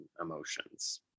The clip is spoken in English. emotions